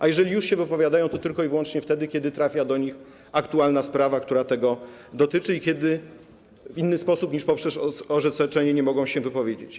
A jeżeli już się wypowiadają, to tylko i wyłącznie wtedy, kiedy trafia do nich aktualna sprawa, która tego dotyczy, i kiedy w inny sposób, niż poprzez orzeczenie, nie mogą się wypowiedzieć.